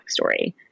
backstory